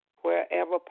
wherever